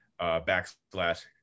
backslash